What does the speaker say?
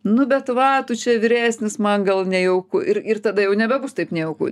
nu bet va tu čia vyresnis man gal nejauku ir ir tada jau nebebus taip nejauku